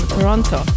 Toronto